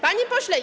Panie Pośle!